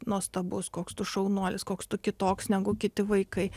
nuostabus koks tu šaunuolis koks tu kitoks negu kiti vaikai